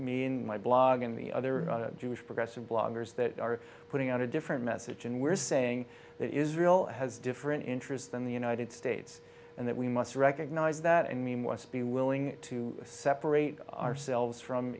me in my blog and the other jewish progressive bloggers that are putting out a different message and we're saying that israel has different interests than the united states and that we must recognize that and mean what's be willing to separate ourselves from